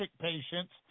patients